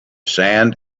sand